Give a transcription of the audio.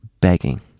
begging